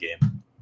game